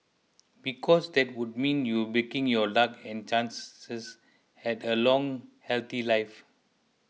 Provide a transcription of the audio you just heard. because that would mean you're breaking your luck and chances at a long healthy life